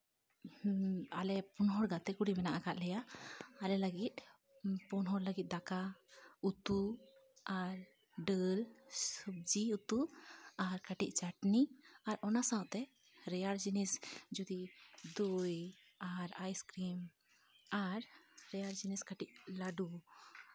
ᱟᱞᱮ ᱯᱩᱱ ᱦᱚᱲ ᱜᱟᱛᱮ ᱠᱩᱲᱤ ᱢᱮᱱᱟᱜ ᱟᱠᱟᱜ ᱞᱮᱭᱟ ᱟᱞᱮ ᱞᱟᱹᱜᱤᱫ ᱯᱩᱱ ᱦᱚᱲ ᱞᱟᱹᱜᱤᱫ ᱫᱟᱠᱟ ᱩᱛᱩ ᱟᱨ ᱰᱟᱹᱞ ᱥᱚᱵᱡᱤ ᱩᱛᱩ ᱟᱨ ᱠᱟᱹᱴᱤᱡ ᱪᱟᱹᱴᱱᱤ ᱟᱨ ᱚᱱᱟ ᱥᱟᱶᱛᱮ ᱨᱮᱭᱟᱲ ᱡᱤᱱᱤᱥ ᱡᱚᱫᱤ ᱫᱳᱭ ᱟᱨ ᱟᱭᱤᱥ ᱠᱨᱤᱢ ᱟᱨ ᱨᱮᱭᱟᱲ ᱡᱤᱱᱤᱥ ᱠᱟᱹᱴᱤᱡ ᱞᱟᱹᱰᱩ